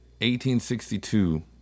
1862